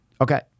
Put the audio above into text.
Okay